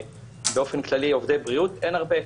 באופן כללי עובדי בריאות אין הרבה.